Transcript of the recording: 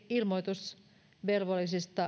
ilmoitusvelvollisista